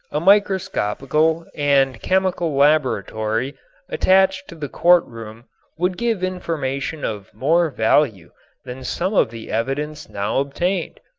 a microscopical and chemical laboratory attached to the courtroom would give information of more value than some of the evidence now obtained.